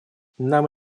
нам